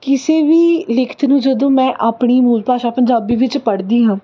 ਕਿਸੇ ਵੀ ਲਿਖਤ ਨੂੰ ਜਦੋਂ ਮੈਂ ਆਪਣੀ ਮੂਲ ਭਾਸ਼ਾ ਪੰਜਾਬੀ ਵਿੱਚ ਪੜ੍ਹਦੀ ਹਾਂ